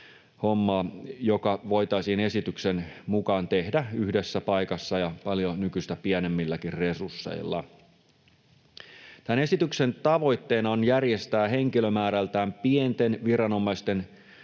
hommaa, joka voitaisiin esityksen mukaan tehdä yhdessä paikassa ja paljon nykyistä pienemmilläkin resursseilla. Tämän esityksen tavoitteena on järjestää henkilömäärältään pienten viranomaisten